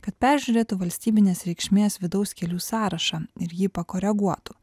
kad peržiūrėtų valstybinės reikšmės vidaus kelių sąrašą ir jį pakoreguotų